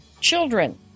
Children